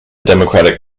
democratic